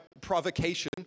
provocation